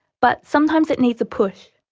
but sometimes it needs a push.